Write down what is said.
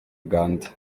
uganda